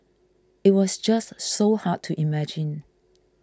it was just so hard to imagine